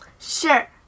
Sure